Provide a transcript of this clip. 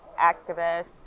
activist